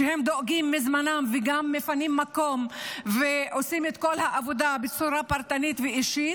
שדואגים בזמנם וגם מפנים מקום ועושים את כל העבודה בצורה פרטנית ואישית.